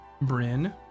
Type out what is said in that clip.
Bryn